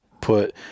put